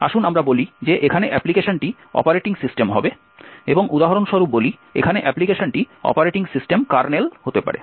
আসুন আমরা বলি যে এখানে অ্যাপ্লিকেশনটি অপারেটিং সিস্টেম হবে এবং উদাহরণ স্বরূপ বলি এখানে অ্যাপ্লিকেশনটি অপারেটিং সিস্টেম কার্নেল হতে পারে